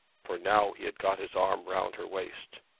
for now he had got his arm round her waist.